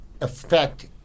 affect